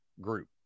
group